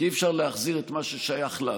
כי אי-אפשר להחזיר מה ששייך לנו.